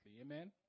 Amen